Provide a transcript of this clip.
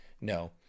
No